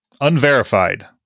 Unverified